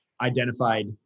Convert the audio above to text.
identified